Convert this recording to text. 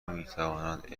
میتوانند